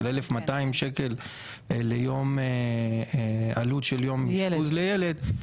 של 1,200 שקלים עלות ליום אשפוז לילד,